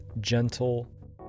gentle